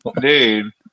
Dude